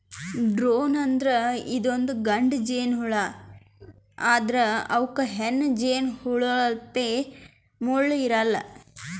drone ಅಂದ್ರ ಇದೊಂದ್ ಗಂಡ ಜೇನಹುಳಾ ಆದ್ರ್ ಇವಕ್ಕ್ ಹೆಣ್ಣ್ ಜೇನಹುಳಪ್ಲೆ ಮುಳ್ಳ್ ಇರಲ್ಲಾ